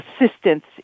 assistance